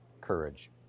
courage